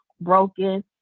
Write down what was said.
broken